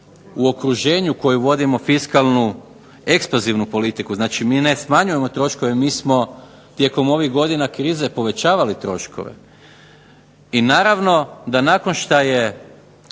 u okruženju koji vodimo fiskalnu …/Ne razumije se./… politiku, znači mi ne smanjujemo troškove, mi smo tijekom ovih godina krize povećali troškove, i naravno da nakon šta je